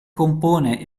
compone